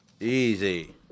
Easy